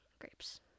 grapes